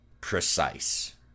precise